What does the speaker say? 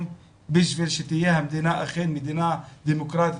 בשביל שתהיה המדינה אכן מדינה דמוקרטית,